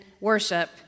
worship